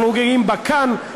אנחנו גאים בה כאן,